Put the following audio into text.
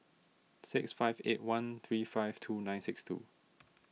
six five eight one three five two nine six two